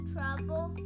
Trouble